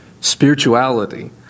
spirituality